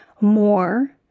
more